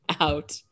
out